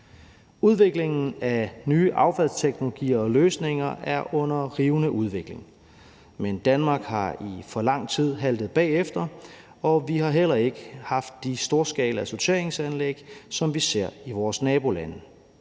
i Danmark. Nye affaldsteknologier og -løsninger er under rivende udvikling, men Danmark har i for lang tid haltet bagefter, og vi har heller ikke haft de storskalasorteringsanlæg, som vi ser i vores nabolande.